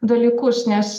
dalykus nes